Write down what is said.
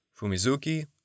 Fumizuki